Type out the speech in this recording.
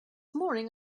morning